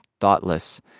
Thoughtless